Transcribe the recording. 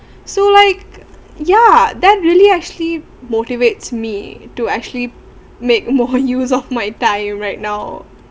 so like ya then really actually motivates me to actually make more use of my time right now